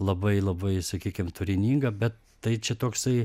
labai labai sakykim turininga bet tai čia toksai